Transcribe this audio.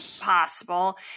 possible